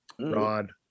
Rod